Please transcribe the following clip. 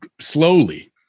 slowly